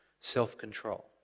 self-control